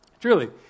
Truly